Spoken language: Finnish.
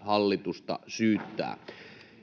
hallitusta syyttää.